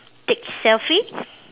take selfie